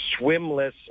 swimless